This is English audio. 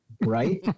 Right